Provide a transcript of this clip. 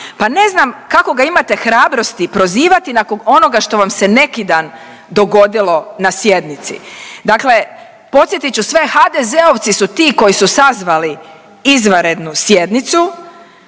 pa ne znam kako ga imate hrabrosti prozivati nakon onoga što vam se neki dan dogodilo na sjednici. Dakle, podsjetit ću sve. HDZ-ovci su ti koji su sazvali izvanrednu sjednicu,